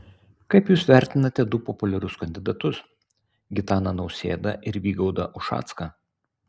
kaip jūs vertinate du populiarius kandidatus gitaną nausėdą ir vygaudą ušacką